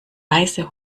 weiße